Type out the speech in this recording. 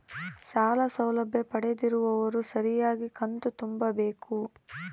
ಸಾಲ ಸೌಲಭ್ಯ ಪಡೆದಿರುವವರು ಸರಿಯಾಗಿ ಕಂತು ತುಂಬಬೇಕು?